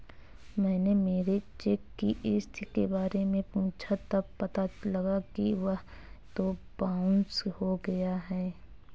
मैंने मेरे चेक की स्थिति के बारे में पूछा तब पता लगा कि वह तो बाउंस हो गया है